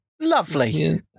Lovely